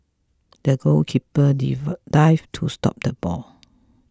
the goalkeeper div dived to stop the ball